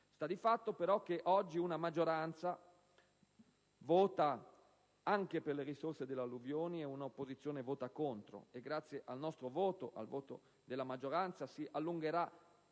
Sta di fatto però che oggi, una maggioranza vota anche per le risorse delle alluvioni e un'opposizione vota contro e, grazie al nostro voto, al voto della maggioranza, si allungherà